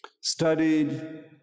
studied